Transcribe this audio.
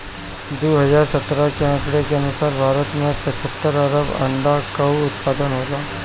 दू हज़ार सत्रह के आंकड़ा के अनुसार भारत में पचहत्तर अरब अंडा कअ उत्पादन होला